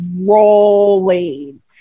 rolling